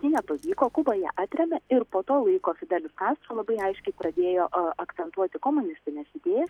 ji nepavyko kuba ją atrėmė ir po to laiko fidelis kastro labai aiškiai pradėjo akcentuoti komunistines idėjas